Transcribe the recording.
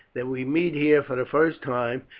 that we meet here for the first time,